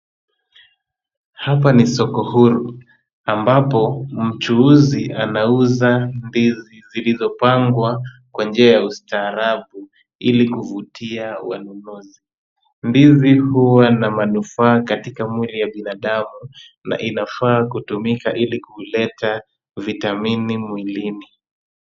Hapa ni soko huru ambapo mchuuzi anauza ndizi zilizopangwa kwa njia ya ustaarabu ili kuvutia wanunuzi. Ndizi huwa na manufaa katika mwili ya binadamu na inafaa kutumika ili kuleta vitamini mwilini.